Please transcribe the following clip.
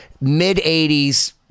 mid-80s